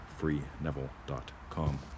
Freeneville.com